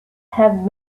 have